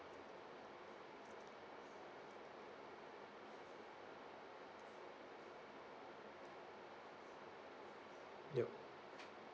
yup